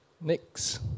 Next